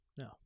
No